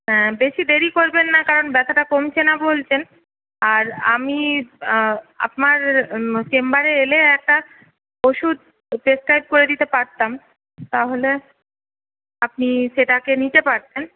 হ্যাঁ বেশি দেরি করবেন না কারণ ব্যথাটা কমছে না বলছেন আর আমি আমার চেম্বারে এলে একটা ওষুধ প্রেসক্রাইব করে দিতে পারতাম তাহলে আপনি সেটাকে নিতে পারতেন